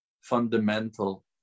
fundamental